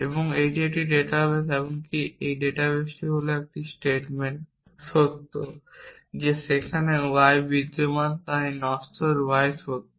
এবং এটি একটি ডাটাবেস এমনকি এই ডাটাবেসটি হল সেই বিবৃতিটি সত্য যে সেখানে y বিদ্যমান তাই নশ্বর y সত্য